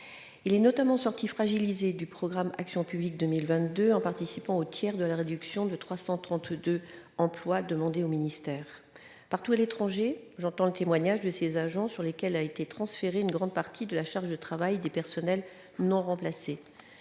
il est notamment sorti fragilisé du programme Action publique 2022 en participant au tiers de la réduction de 332 emplois demander au ministère partout à l'étranger, j'entends le témoignage de ses agents, sur lesquels a été transféré une grande partie de la charge de travail des personnels non remplacés,